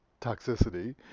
toxicity